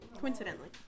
coincidentally